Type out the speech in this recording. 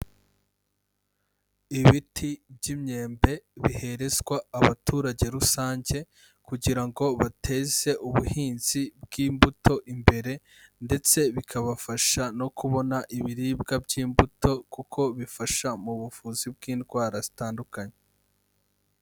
Ibiti by'imyembe biherezwa abaturage rusange kugira ngo bateze ubuhinzi bw'imbuto imbere ndetse bikabafasha no kubona ibiribwa by'imbuto kuko bifasha mu buvuzi bw'indwara zitandukanye.